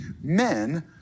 men